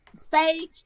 stage